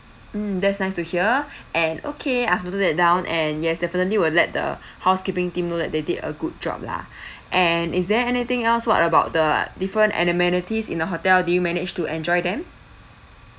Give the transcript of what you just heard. mm that's nice to hear and okay I've noted that down and yes definitely will let the housekeeping team know that they did a good job lah and is there anything else what about the different ane~ amenities in the hotel did you managed to enjoy them